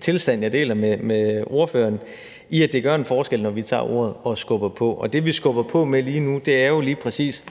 tilstand, jeg deler med ordføreren – i forhold til at det gør en forskel, når vi tager ordet og skubber på. Og det, vi skubber på med lige nu, er lige præcis